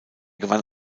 gewann